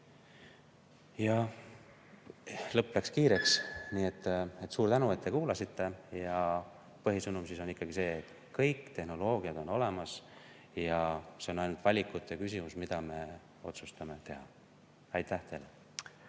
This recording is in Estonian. Lõpp läks kiireks. Suur tänu, et te kuulasite! Põhisõnum on ikkagi see: kõik tehnoloogiad on olemas ja on ainult valikute küsimus, mida me otsustame teha. Aitäh teile!